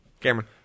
Cameron